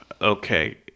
Okay